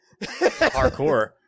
Hardcore